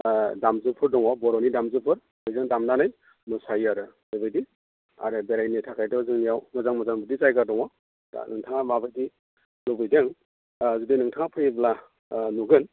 दामजुफोर दङ बर'नि दामजुफोर बेजों दामनानै मोसायो आरो बेबायदि आरो बेरायनो थाखायथ' जोंनियाव मोजां मोजां बिदि जायगा दङ दा नोंथाङा माबायदि लुबैदों जुदि नोंथाङा फैयोब्ला नुगोन